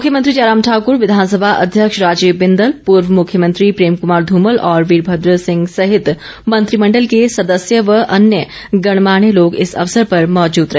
मुख्यमंत्री जयराम ठाकूर विधानसभा अध्यक्ष राजीव बिंदल पूर्व मुख्यमंत्री प्रेम कुमार धूमल और वीरभद्र सिंह सहित मंत्रिमण्डल के सदस्य व अन्य गणमान्य लोग इस अवसर पर मौजूद रहे